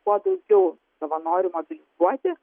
kuo daugiau savanorių mobilizuoti